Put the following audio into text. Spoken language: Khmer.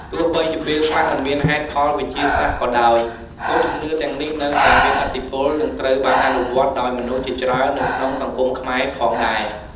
ទោះបីជាពេលខ្លះមិនមានហេតុផលវិទ្យាសាស្ត្រក៏ដោយ ក៏ជំនឿទាំងនេះនៅតែមានឥទ្ធិពល និងត្រូវបានអនុវត្តន៍ដោយមនុស្សជាច្រើននៅក្នុងសង្គមខ្មែរផងដែរ។